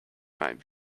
might